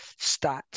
stats